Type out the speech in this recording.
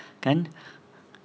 kan